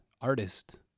artist